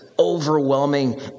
overwhelming